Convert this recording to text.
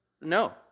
No